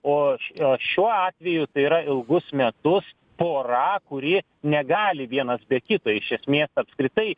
o aš o šiuo atveju tai yra ilgus metus pora kuri negali vienas be kito iš esmės apskritai